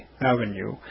Avenue